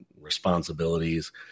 responsibilities